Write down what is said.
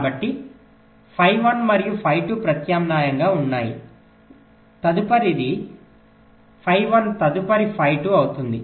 కాబట్టి ఫై 1 మరియు ఫై 2 ప్రత్యామ్నాయంగా ఉంటాయి తదుపరిది ఫై 1 తదుపరిది ఫై 2 అవుతుంది